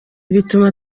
bituma